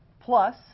plus